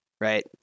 right